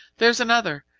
there's another!